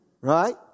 Right